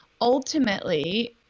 ultimately